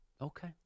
Okay